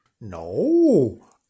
no